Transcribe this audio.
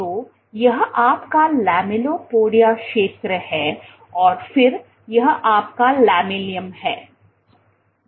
तो यह आपका लैमेलिपोडिया क्षेत्र है और फिर यह आपका लैमेलियम है